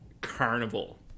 carnival